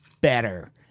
better